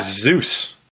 Zeus